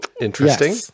Interesting